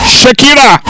Shakira